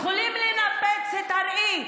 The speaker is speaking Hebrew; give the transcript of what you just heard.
יכולים לנפץ את הראי,